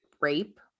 rape